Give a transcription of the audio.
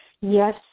Yes